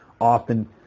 often